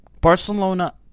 Barcelona